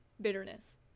bitterness